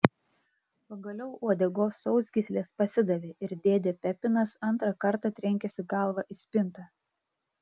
pagaliau uodegos sausgyslės pasidavė ir dėdė pepinas antrą kartą trenkėsi galva į spintą